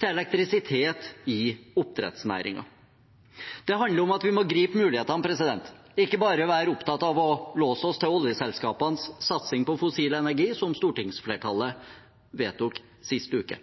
til elektrisitet i oppdrettsnæringen. Dette handler om at vi må gripe mulighetene og ikke bare være opptatt av å låse oss til oljeselskapenes satsing på fossil energi, som stortingsflertallet vedtok sist uke.